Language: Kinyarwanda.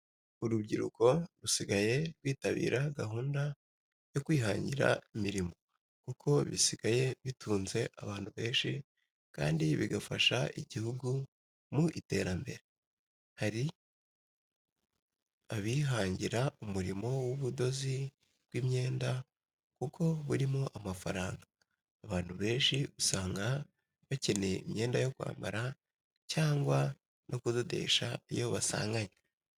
Urubyiruko rusigaye rwitabira gahunda yo kwihanjyira imirimo kuko bisigaye bitunze abantu benshi kandi bigafasha ijyihugu mu iterambere. Hari abihanjyira umurimo w'ubudozi bw'imyenda kuko burimo amafaranga .Abantu benci usanga bacyeneye imyenda yo kwambara cyangwa no kudodesha iyo basanganywe.